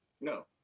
No